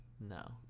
no